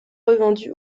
revendu